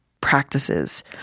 practices